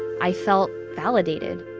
i felt validated.